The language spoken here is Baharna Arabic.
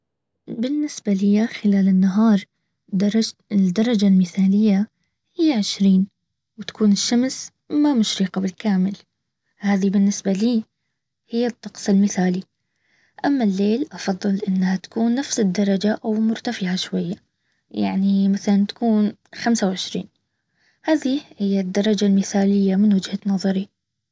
بالنسبه ليا خلال النهار الدرجه المثاليه هي عشرين وتكون الشمس ما مشرقه بالكامل هذي بالنسبه لي هي الطقس المثالي اما بليل بفضل انها تكون نفس الدرجه او مرتفعه شويه يعني مثلا تكون خمسه وعشرين هذي تكون الدرجه الزثاليه من وجهه نظري